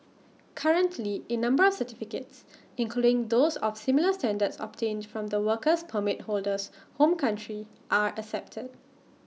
currently A number of certificates including those of similar standards obtained from the works permit holder's home country are accepted